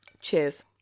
cheers